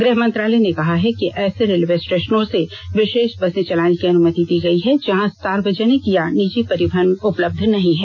गृह मंत्रालय ने कहा है कि ऐसे रेलवे स्टेशनों से विशेष बसे चलाने की अनुमति दी गई है जहां सार्वजनिक या निजी परिवहन उपलब्ध नहीं है